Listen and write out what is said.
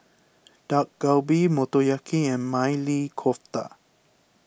Dak Galbi Motoyaki and Maili Kofta